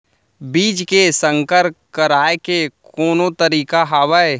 बीज के संकर कराय के कोनो तरीका हावय?